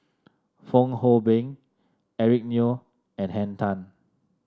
Fong Hoe Beng Eric Neo and Henn Tan